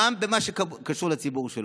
גם במה שקשור לציבור שלו.